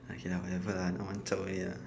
okay lah whatever lah I want chao already ah